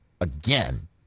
again